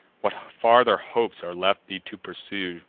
what farther hopes are left thee to pursue?